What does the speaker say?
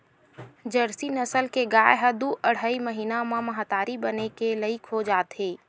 Jersey नसल के गाय ह दू अड़हई महिना म महतारी बने के लइक हो जाथे